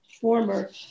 former